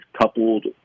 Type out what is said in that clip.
coupled